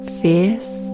fierce